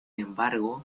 embargo